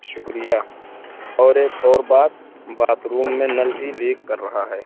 شکریہ اور ایک اور بات باتھ روم میں نل بھی لیک کر رہا ہے